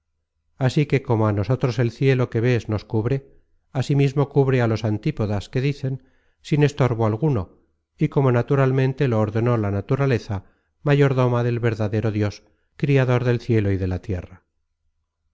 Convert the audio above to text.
así que como á nosotros el cielo que ves nos cubre asimismo cubre á los antípodas que dicen sin estorbo alguno y como naturalmente lo ordenó la naturaleza mayordoma del verdadero content from google book search generated at dios criador del cielo y de la tierra